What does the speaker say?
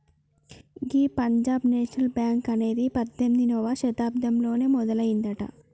గీ Punjab National Bank అనేది పద్దెనిమిదవ శతాబ్దంలోనే మొదలయ్యిందట